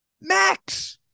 Max